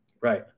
right